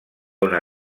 una